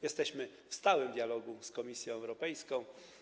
Jesteśmy w stałym dialogu z Komisją Europejską.